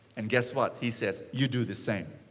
and guess what? he says, you do the same.